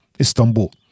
Istanbul